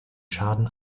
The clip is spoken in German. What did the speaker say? schaden